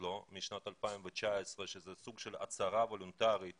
לו והוא משנת 2019 שזה סוג של הצהרה וולנטרית